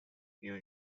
new